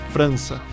França